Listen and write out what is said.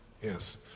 Yes